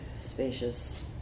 spacious